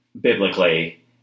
biblically